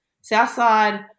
Southside